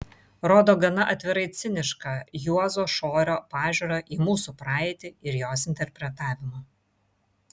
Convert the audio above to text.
rodo gana atvirai cinišką juozo šorio pažiūrą į mūsų praeitį ir jos interpretavimą